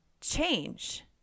change